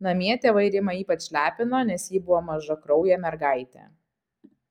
namie tėvai rimą ypač lepino nes ji buvo mažakraujė mergaitė